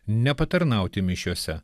ne patarnauti mišiose